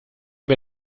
wir